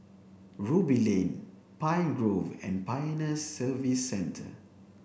Ruby Lane Pine Grove and Pioneer Service Centre